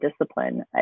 discipline